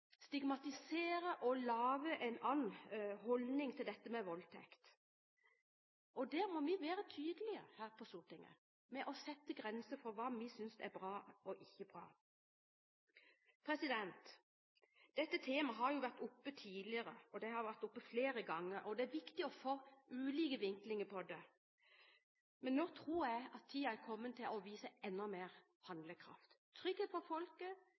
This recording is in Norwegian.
stigmatisere og lage en annen holdning til dette med voldtekt. Der må vi på Stortinget være tydelige med å sette grenser for hva vi synes er bra og ikke bra. Dette temaet har vært oppe flere ganger tidligere, og det er viktig å få ulike vinklinger på det. Men nå tror jeg at tiden er kommet til å vise enda mer handlekraft: trygghet for folket,